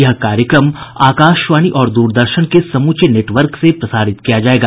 यह कार्यक्रम आकाशवाणी और दूरदर्शन के समूचे नेटवर्क से प्रसारित किया जाएगा